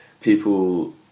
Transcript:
people